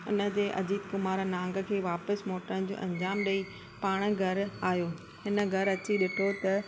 उन ते अजीत कुमार नांग खे वापिसि मोटनि जो अंजाम ॾेई पाण घर आयो हिन घर अची ॾिठो त